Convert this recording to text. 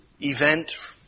event